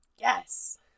Yes